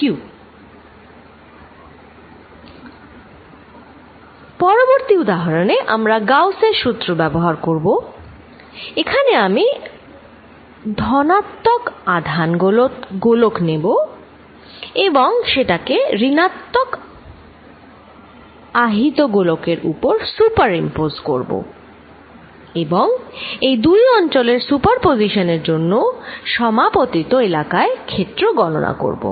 পরবর্তী উদাহরণে আমরা গাউসের সূত্র ব্যবহার করব এখানে আমি ধনাত্মক আহিত গোলক নেব আর সেটাকে ঋণাত্মক আহিত গোলকের উপর সুপার ইম্পোজ করব এবং এই দুই অঞ্চলের সুপার পজিশন এর জন্য সমাপতিত এলাকায় ক্ষেত্র গণনা করব